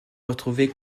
retrouvée